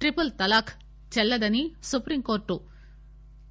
triple talaq చెల్లదని supreme court